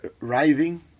writhing